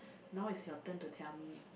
now is your turn to tell me